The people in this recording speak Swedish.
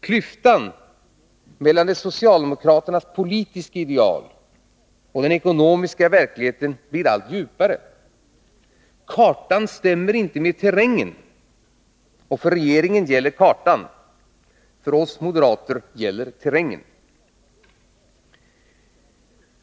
Klyftan mellan socialdemokraternas politiska ideal och den ekonomiska verkligheten blir allt djupare. Kartan stämmer inte med terrängen, och för regeringen gäller kartan. För oss moderater gäller terrängen.